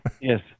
Yes